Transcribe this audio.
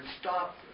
stop